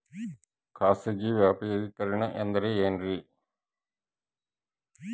ಖಾಸಗಿ ವ್ಯಾಪಾರಿಕರಣ ಅಂದರೆ ಏನ್ರಿ?